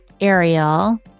Ariel